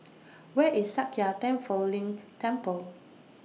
Where IS Sakya Tenphel Ling Temple